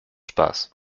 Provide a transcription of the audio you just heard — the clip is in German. spaß